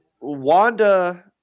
Wanda